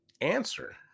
answer